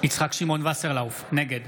יצחק שמעון וסרלאוף, נגד